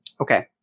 Okay